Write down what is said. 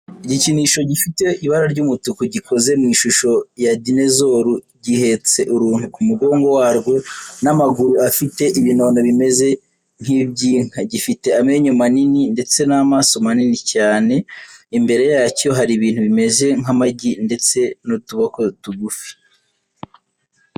Igikinisho gifite ibara ry'umutuku gikoze mu ishusho ya dinezoru, gihetse uruntu ku mugongo warwo n'amaguru afite ibinono bimeze nk'iby'inka, gifite amenyo manini ndetse n'amaso manini cyane. Imbere yacyo hari ibintu bimeze nk'amagi ndetse n'utuboko tugufi.